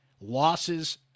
Losses